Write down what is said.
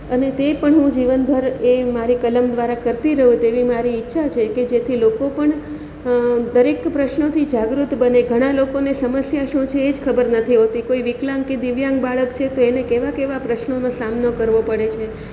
અને તે પણ હું જીવનભર એ મારી કલમ દ્વારા કરતી રહું તેવી મારી ઈચ્છા છે કે જેથી લોકો પણ દરેક પ્રશ્નોથી જાગૃત બને ઘણાં લોકોને સમસ્યા શું છે એ જ ખબર નથી હોતી કોઈ વિકલાંગ કે દિવ્યાંગ બાળક છે તો એને કેવા કેવા પ્રશ્નોનો સામનો કરવો પડે છે